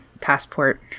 passport